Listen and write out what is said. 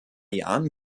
jahren